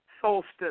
solstice